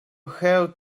have